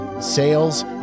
sales